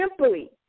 simply